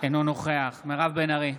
אינו נוכח מירב בן ארי,